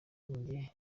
njye